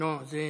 לא, זה טבעי.